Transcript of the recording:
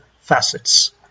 facets